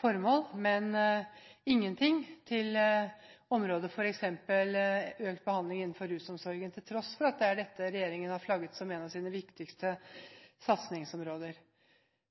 formål, men ingenting til f.eks. økt behandling innenfor rusomsorgen, til tross for at det er dette regjeringen har flagget som et av sine viktigste satsingsområder.